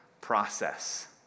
process